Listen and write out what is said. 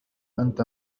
أنت